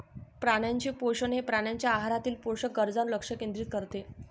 प्राण्यांचे पोषण हे प्राण्यांच्या आहारातील पोषक गरजांवर लक्ष केंद्रित करते